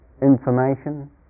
information